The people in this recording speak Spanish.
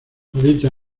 habita